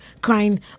crying